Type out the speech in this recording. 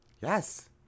Yes